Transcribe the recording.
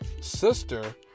sister